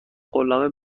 قولنامه